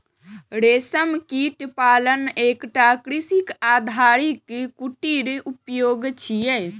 रेशम कीट पालन एकटा कृषि आधारित कुटीर उद्योग छियै